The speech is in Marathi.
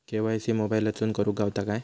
के.वाय.सी मोबाईलातसून करुक गावता काय?